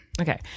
okay